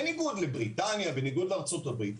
בניגוד לבריטניה ולארצות הברית,